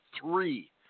three